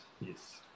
Yes